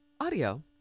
audio